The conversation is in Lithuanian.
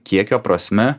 kiekio prasme